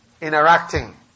interacting